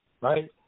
right